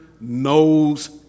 knows